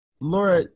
Laura